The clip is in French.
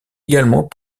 également